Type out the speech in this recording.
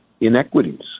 inequities